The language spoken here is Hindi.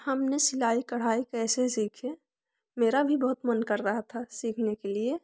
हमने सिलाई कढ़ाई कैसे सीखे मेरा भी बहुत मन कर रहा था सिखने के लिए